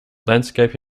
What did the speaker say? landscape